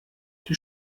die